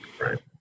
Right